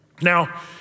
Now